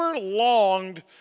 longed